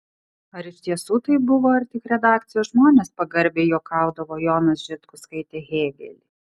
ar iš tiesų taip buvo ar tik redakcijos žmonės pagarbiai juokaudavo jonas žitkus skaitė hėgelį